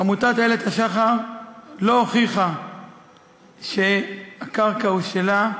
עמותת "איילת השחר" לא הוכיחה שהקרקע היא שלה,